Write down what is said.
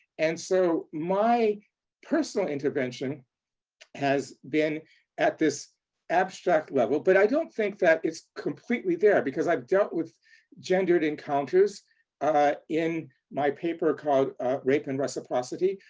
and so my personal intervention has been at this abstract level, but i don't think that it's completely there, because i've dealt with gendered encounters in my paper called rape and reciprocity,